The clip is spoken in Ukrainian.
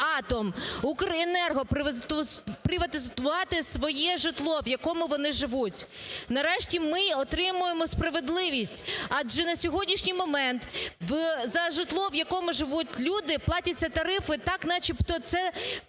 "Укренерго" приватизувати своє житло, в якому вони живуть. Нарешті ми отримаємо справедливість, адже на сьогоднішній момент за житло, в якому живуть люди, платяться тарифи так, начебто це